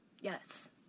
Yes